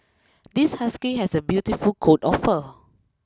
this husky has a beautiful coat of fur